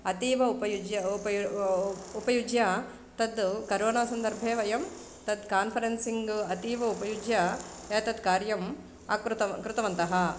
अतीव उपयुज्य उपयोगं उपयुज्य तत् करोना सन्दर्भे वयं तत् कान्फ़रेन्सिङ्ग् अतीव उपयुज्य एतत् कार्यम् अकृतं कृतवन्तः